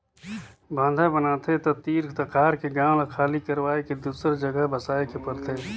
बांधा बनाथे त तीर तखार के गांव ल खाली करवाये के दूसर जघा बसाए के परथे